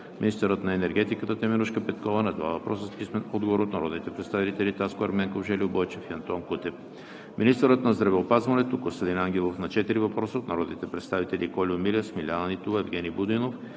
министърът на енергетиката Теменужка Петкова – на два въпроса с писмен отговор от народните представители Таско Ерменков, Жельо Бойчев и Антон Кутев; - министърът на здравеопазването Костадин Ангелов – на четири въпроса от народните представители Кольо Милев; Смиляна Нитова; Евгени Будинов;